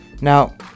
now